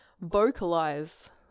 vocalize